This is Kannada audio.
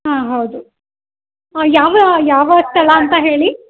ಹಾಂ ಹೌದು ಯಾವ ಯಾವ ಸ್ಥಳ ಅಂತ ಹೇಳಿ